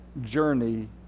journey